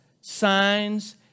signs